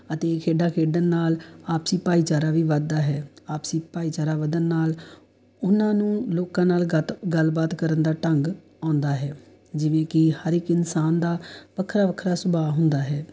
ਅਤੇ ਖੇਡਾਂ ਖੇਡਣ ਨਾਲ ਆਪਸੀ ਭਾਈਚਾਰਾ ਵੀ ਵੱਧਦਾ ਹੈ ਆਪਸੀ ਭਾਈਚਾਰਾ ਵੱਧਣ ਨਾਲ ਉਹਨਾਂ ਨੂੰ ਲੋਕਾਂ ਨਾਲ ਗਤ ਗੱਲਬਾਤ ਕਰਨ ਦਾ ਢੰਗ ਆਉਂਦਾ ਹੈ ਜਿਵੇਂ ਕਿ ਹਰ ਇੱਕ ਇਨਸਾਨ ਦਾ ਵੱਖਰਾ ਵੱਖਰਾ ਸੁਭਾਅ ਹੁੰਦਾ ਹੈ